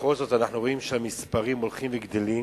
ובכל זאת אנחנו רואים שהמספרים הולכים וגדלים,